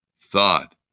thought